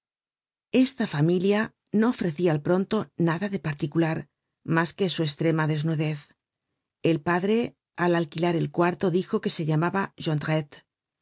esta familia no ofrecia al pronto nada de particular mas que su estrema desnudez el padre al alquilar el cuarto dijo que se llamaba